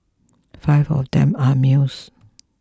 five of them are males